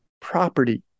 property